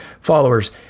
followers